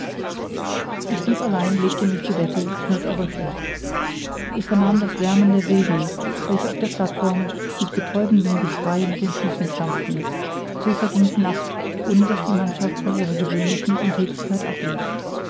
ich blieb allein legte mich zu bette schlief aber schlecht ich vernahm das lärmen der wilden welche auf der plateform mit betäubendem geschrei mit den füßen stampften so verging die nacht ohne daß die mannschaft von ihrer gewöhnlichen unthätigkeit abließ